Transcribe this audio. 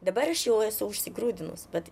dabar aš jau esu užsigrūdinus bet